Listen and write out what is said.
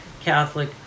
Catholic